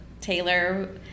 Taylor